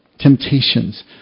temptations